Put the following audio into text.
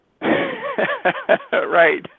Right